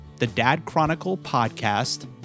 thedadchroniclepodcast